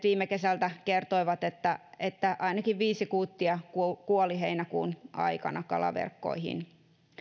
viime kesältä kertoivat että että ainakin viisi kuuttia kuoli kuoli heinäkuun aikana kalaverkkoihin